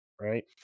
right